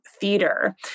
theater